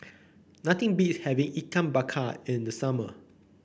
nothing beats having Ikan Bakar in the summer